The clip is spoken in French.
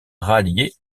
rallier